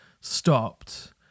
stopped